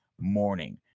morning